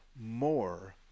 more